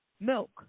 Milk